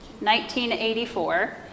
1984